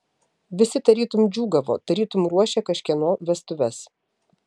visi tarytum džiūgavo tarytum ruošė kažkieno vestuves